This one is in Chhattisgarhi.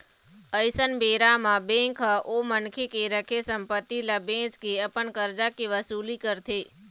अइसन बेरा म बेंक ह ओ मनखे के रखे संपत्ति ल बेंच के अपन करजा के वसूली करथे